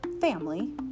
family